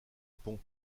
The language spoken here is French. pont